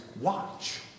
watch